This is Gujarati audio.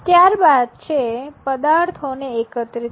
ત્યારબાદ છે પદાર્થોને એકત્રિત કરવા